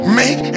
make